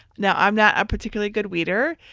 now, i'm not a particularly good weeder.